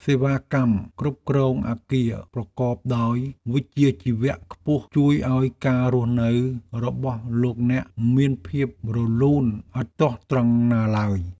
សេវាកម្មគ្រប់គ្រងអគារប្រកបដោយវិជ្ជាជីវៈខ្ពស់ជួយឱ្យការរស់នៅរបស់លោកអ្នកមានភាពរលូនឥតទាស់ត្រង់ណាឡើយ។